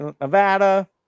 Nevada